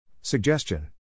Suggestion